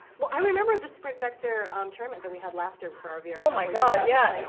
well, i remember the sprint vector um tournament that we had last year for our vr oh, my god. yeah.